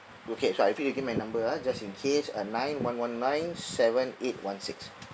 okay so I repeat again my number ah just in case uh nine one one nine seven eight one six